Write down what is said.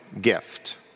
gift